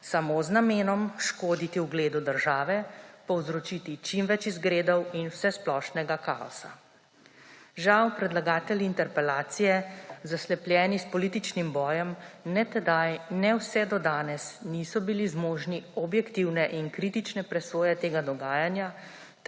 samo z namenom škoditi ugledu države, povzročiti čim več izgredov in vsesplošnega kaosa. Žal predlagatelji interpelacije, zaslepljeni s političnim bojem, ne tedaj ne vse do danes niso bili zmožni objektivne in kritične presoje tega dogajanja